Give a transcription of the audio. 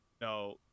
no